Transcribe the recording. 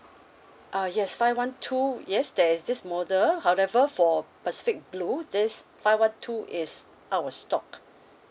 uh yes five one two yes there is this model however for pacific blue this five one two is out of stock